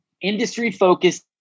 industry-focused